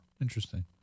interesting